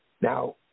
Now